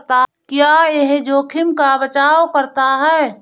क्या यह जोखिम का बचाओ करता है?